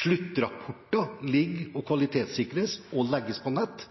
Sluttrapporter kvalitetssikres og legges på nett.